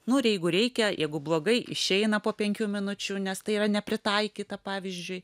nu ir jeigu reikia jeigu blogai išeina po penkių minučių nes tai yra nepritaikyta pavyzdžiui